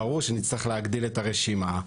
ברור שנצטרך להגדיל את הרשימה.